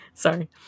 Sorry